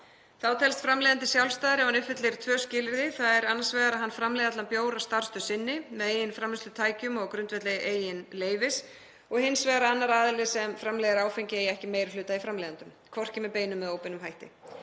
Þá telst framleiðandi sjálfstæður ef hann uppfyllir tvö skilyrði, þ.e. annars vegar að hann framleiði allan bjór á starfsstöð sinni með eigin framleiðslutækjum og á grundvelli eigin leyfis og hins vegar að annar aðili sem framleiðir áfengi eigi ekki meiri hluta í framleiðandanum, hvorki með beinum eða óbeinum hætti.